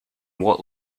what